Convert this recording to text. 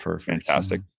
fantastic